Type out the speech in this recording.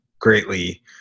greatly